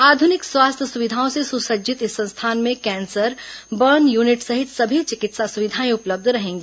आधुनिक स्वास्थ्य सुविधाओं से सुसज्जित इस संस्थान में कैंसर बर्न यूनिट सहित सुविधाएं उपलब्ध रहेंगी